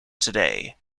today